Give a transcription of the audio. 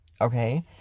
okay